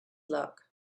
luck